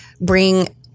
bring